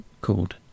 called